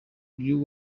lil